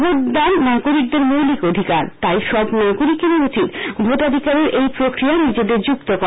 ভোটদান নাগরিকদের মৌলিক অধিকার তাই সব নাগরিকেরই উচিত ভোটাধিকারের এই প্রক্রিয়ায় নিজেদের যুক্ত করা